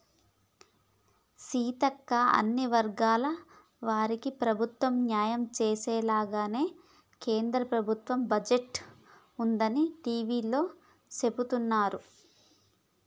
సీతక్క అన్ని వర్గాల వాళ్లకి ప్రభుత్వం న్యాయం చేసేలాగానే కేంద్ర ప్రభుత్వ బడ్జెట్ ఉందని టివీలో సెబుతున్నారు